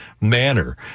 manner